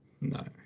No